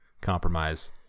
compromise